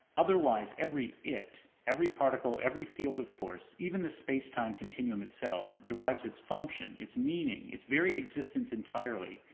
otherwise every it, every particle, every field of force, even the space time continuum itself, derives its function, its meaning, its very existence entirely,